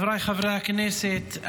חבריי חברי הכנסת,